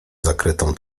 zakrytą